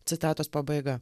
citatos pabaiga